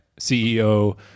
CEO